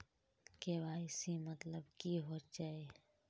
KYC मतलब की होचए?